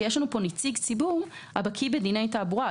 שיש פה נציג ציבור הבקיא בדיני תעבורה.